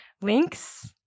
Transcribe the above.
links